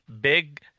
big